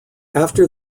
after